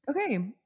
Okay